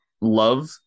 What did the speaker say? love